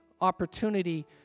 opportunity